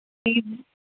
fees